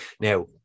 Now